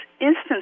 instances